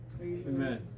Amen